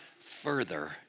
further